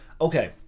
okay